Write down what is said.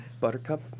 Buttercup